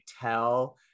tell